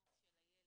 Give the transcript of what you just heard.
בחינוך של הילד,